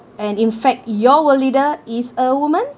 and in fact your world leader is a woman